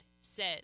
says